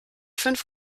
fünf